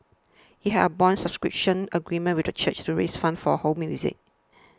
it had a bond subscription agreement with the church to raise funds for Ho's music